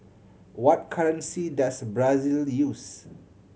what currency does Brazil use